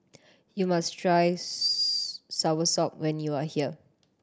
you must try soursop when you are here